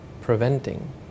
preventing